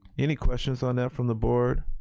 any questions on that from the board?